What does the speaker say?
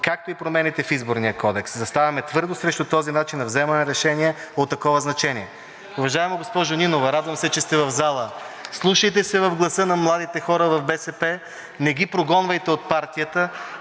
както и промените в Изборния кодекс. Заставаме твърдо срещу този начин на вземане на решения от такова значение.“ Уважаема госпожо Нинова, радвам се, че сте в зала – вслушайте се в гласа на младите хора в БСП, не ги прогонвайте от партията,